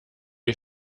ich